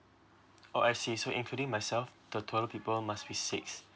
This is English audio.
oh I see so including myself the total people must be six